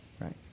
Right